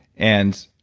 and,